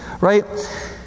right